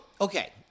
okay